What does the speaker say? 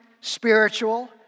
spiritual